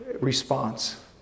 response